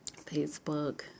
Facebook